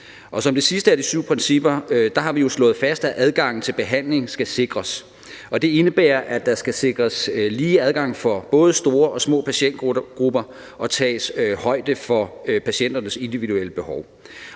Som det sidste af de syv principper har vi jo slået fast, at adgangen til behandling skal sikres. Og det indebærer, at der skal sikres lige adgang for både store og små patientgrupper og tages højde for patienternes individuelle behov.